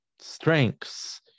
strengths